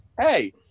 hey